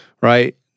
right